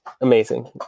amazing